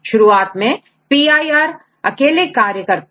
शुरुआत में PIR अकेले यह कार्य कर रहा था